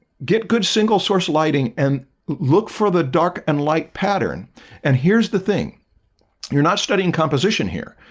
get good single source lighting and look for the dark and light pattern and here's the thing you're not studying composition here.